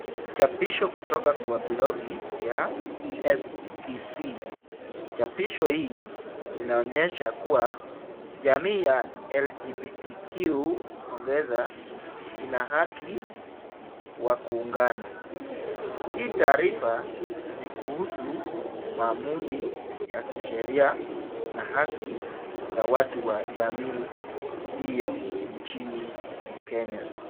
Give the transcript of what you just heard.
Chapisho kutoka kwa blogu la SCC. Chapisho hii inaonyesha kuwa jamii ya LGBTQ ongeza, ina haki wa kuungana. Hii taarifa ni kuhusu maamuzi ya kisheria na haki ya watu wa jamii hiyo nchini Kenya.